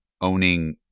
owning